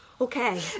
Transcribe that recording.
Okay